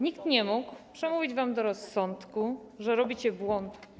Nikt nie mógł przemówić wam do rozsądku, że robicie błąd.